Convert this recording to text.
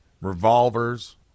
Revolvers